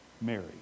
Mary